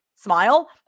smile